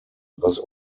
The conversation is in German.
was